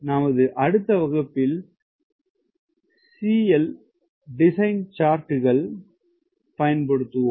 நமது அடுத்த வகுப்பில் சில் டிசைன் சார்ட்டுகள் பயன்படுத்துவோம்